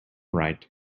right